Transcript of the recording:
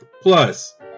Plus